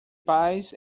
paz